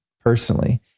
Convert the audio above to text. personally